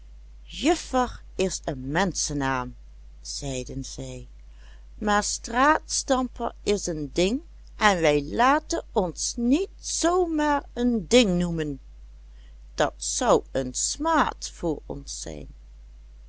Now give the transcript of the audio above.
juffer is een menschennaam zeiden zij maar straatstamper is een ding en wij laten ons niet zoo maar een ding noemen dat zou een smaad voor ons zijn